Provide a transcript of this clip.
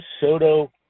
Soto